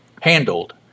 handled